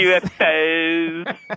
UFOs